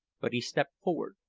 but he stepped forward,